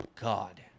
God